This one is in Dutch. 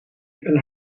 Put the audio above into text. een